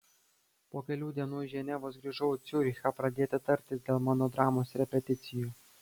po kelių dienų iš ženevos grįžau į ciurichą pradėti tartis dėl mano dramos repeticijų